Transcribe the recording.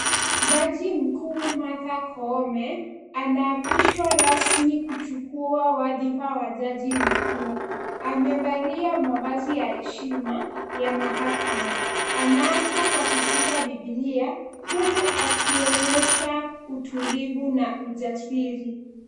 Jaji mkuu Martha Koome anaapishwa rasmi kuchukua wadhifa wa jaji mkuu. Amevalia mavazi ya heshima ya mahakama. Anaapa kwa kushika biblia, huku akionyesha utulivu na ujasiri.